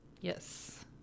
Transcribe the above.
Yes